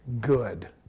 good